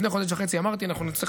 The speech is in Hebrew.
לפני חודש וחצי אמרתי: אנחנו נצטרך